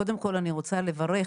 קודם כל אני רוצה לברך,